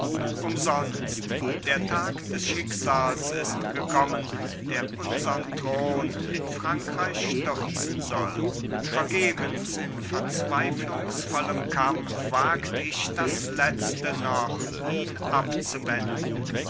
umsonst der tag des schicksals ist gekommen der unsern thron in frankreich stürzen soll vergebens in verzweiflungsvollem kampf wagt ich das letzte noch ihn abzuwenden